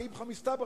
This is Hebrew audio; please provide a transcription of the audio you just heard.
כאיפכא מסתברא,